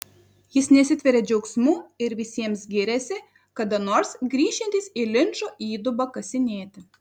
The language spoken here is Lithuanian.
jis nesitveria džiaugsmu ir visiems giriasi kada nors grįšiantis į linčo įdubą kasinėti